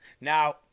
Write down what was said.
Now